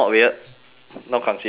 not considered